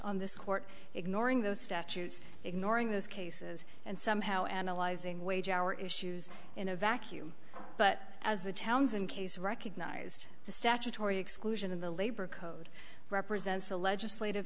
on this court ignoring those statutes ignoring those cases and somehow analyzing wage hour issues in a vacuum but as the towns and case recognized the statutory exclusion in the labor code represents a legislative